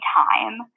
time